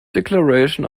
declaration